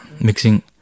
mixing